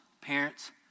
parents